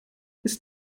ist